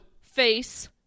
face